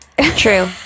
True